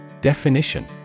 Definition